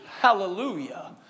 Hallelujah